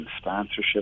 sponsorship